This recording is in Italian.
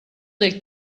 del